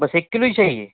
بس ایک کلو ہی چاہیے